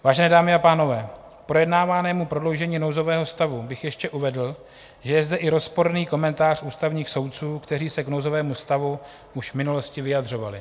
Vážené dámy a pánové, k projednávanému prodloužení nouzového stavu bych ještě uvedl, že je zde i rozporný komentář ústavních soudců, kteří se k nouzovému stavu už v minulosti vyjadřovali.